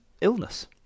illness